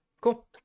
cool